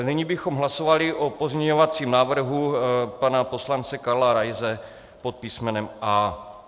Nyní bychom hlasovali o pozměňovacím návrhu pana poslance Karla Raise pod písmenem A.